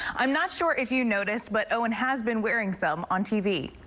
i'm not sure if you noticed, but owen has been wearing some on tv.